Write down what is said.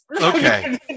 Okay